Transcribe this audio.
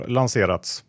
lanserats